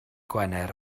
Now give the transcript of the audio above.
gwener